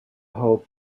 whole